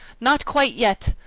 not quite yet.